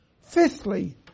Fifthly